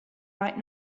right